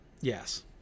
Yes